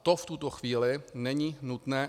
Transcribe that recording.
To v tuto chvíli není nutné.